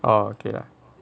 oh okay lah